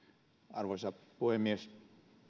arvoisa puhemies